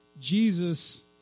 Jesus